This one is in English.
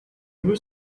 you